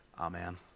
Amen